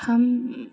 हम